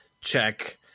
check